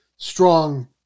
strong